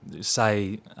say